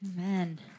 Amen